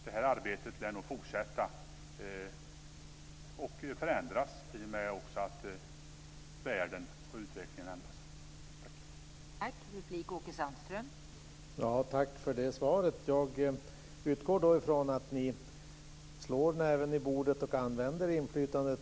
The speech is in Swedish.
Det här arbetet lär fortsätta och förändras i och med att världen och utvecklingen förändras.